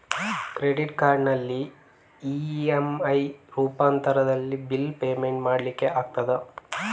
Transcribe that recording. Credit ಕಾರ್ಡಿನಲ್ಲಿ EMI ರೂಪಾಂತರದಲ್ಲಿ bill payment ಮಾಡ್ಲಿಕ್ಕೆ ಆಗ್ತದ?